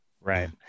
Right